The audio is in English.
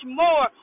more